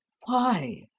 why,